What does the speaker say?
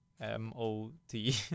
M-O-T